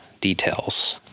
details